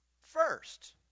first